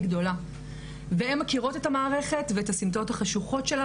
גדולה והן מכירות את המערכת ואת הסמטות החשוכות שלה